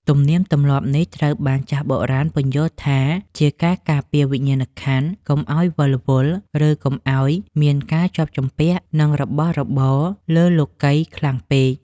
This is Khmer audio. ទំនៀមទម្លាប់នេះត្រូវបានចាស់បុរាណពន្យល់ថាជាការការពារវិញ្ញាណក្ខន្ធកុំឱ្យវិលវល់ ឬកុំឱ្យមានការជាប់ជំពាក់នឹងរបស់របរលើលោកិយខ្លាំងពេក។